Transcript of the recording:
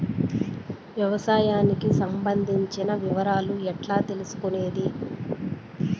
వ్యవసాయానికి సంబంధించిన వివరాలు ఎట్లా తెలుసుకొనేది?